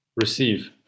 receive